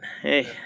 hey